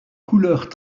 couleurs